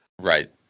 Right